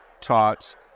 taught